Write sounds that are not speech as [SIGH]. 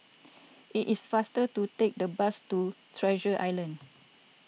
[NOISE] it is faster to take the bus to Treasure Island